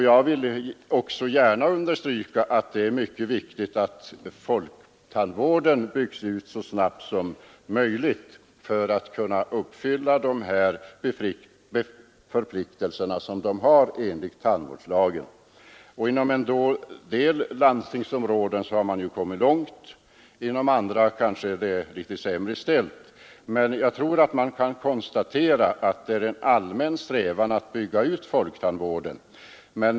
Jag vill här gärna understryka vikten av att folktandvården byggs ut så snabbt som möjligt för att kunna uppfylla de förpliktelser som tandvårdslagen ställer på folktandvården. Inom en del landstingsområden har man också kommit ganska långt på den vägen, inom andra är det måhända litet sämre ställt. Men jag tror att man kan konstatera en allmän strävan att bygga ut folktandvården.